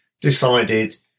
decided